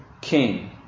king